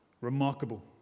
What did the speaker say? remarkable